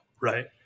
right